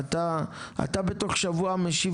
אתה יכול לקנות דירה ב-2.3?